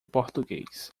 português